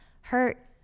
hurt